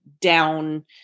down